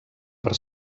per